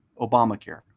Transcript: Obamacare